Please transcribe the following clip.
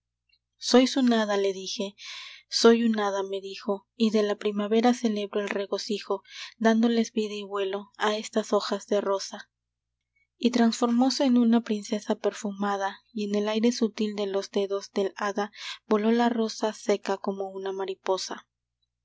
un hada le dije soy un hada me dijo y de la primavera celebro el regocijo dándoles vida y vuelo a estas hojas de rosa y transformóse en una princesa perfumada y en el aire sutil de los dedos del hada vólo la rosa seca como una mariposa